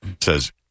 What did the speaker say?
says